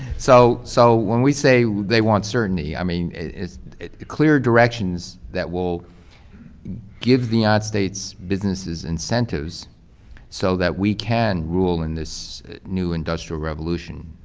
so so when we say they want certainty, i mean, clear directions that will give the united states businesses incentives so that we can rule in this new industrial revolution.